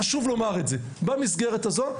חשוב לומר את זה במסגרת הזאת,